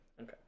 Okay